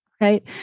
right